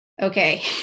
okay